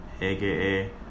aka